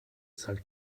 sagte